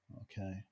Okay